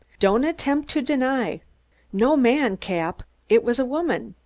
don't attempt to deny no man, cap. it was a woman.